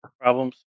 problems